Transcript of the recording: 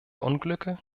unglücke